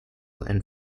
and